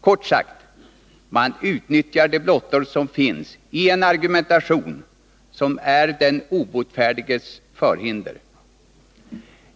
Kort sagt: man utnyttjar de blottor som finns, i en argumentation som är den obotfärdiges förhinder.